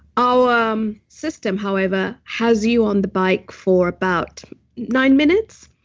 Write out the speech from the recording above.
our um system, however, has you on the bike for about nine minutes.